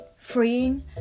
freeing